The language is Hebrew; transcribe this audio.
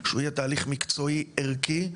שהוא יהיה תהליך מקצועי וערכי,